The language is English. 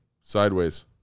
sideways